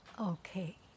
Okay